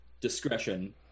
discretion